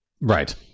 Right